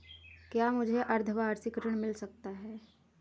क्या मुझे अर्धवार्षिक ऋण मिल सकता है?